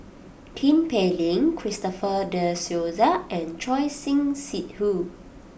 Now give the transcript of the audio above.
Tin Pei Ling Christopher De Souza and Choor Singh Sidhu